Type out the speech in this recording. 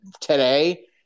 today